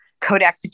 Kodak